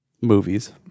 Movies